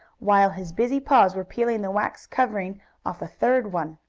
while his busy paws were peeling the wax covering off a third one.